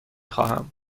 خواهم